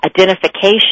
identification